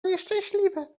nieszczęśliwe